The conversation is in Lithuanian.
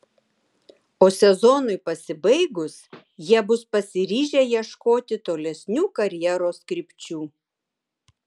o sezonui pasibaigus jie bus pasiryžę ieškoti tolesnių karjeros krypčių